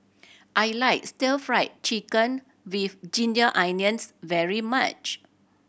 I like Stir Fried Chicken With Ginger Onions very much